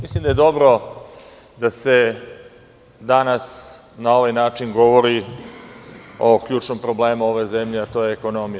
Mislim da je dobro da se danas na ovaj način govori o ključnom problemu ove zemlje, a to je ekonomija.